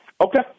Okay